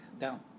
down